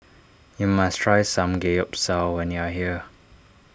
you must try Samgeyopsal when you are here